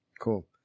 Cool